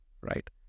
right